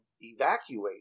evacuate